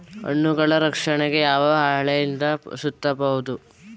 ಹಣ್ಣುಗಳ ರಕ್ಷಣೆಗೆ ಯಾವ ಹಾಳೆಯಿಂದ ಸುತ್ತಬಹುದು?